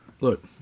look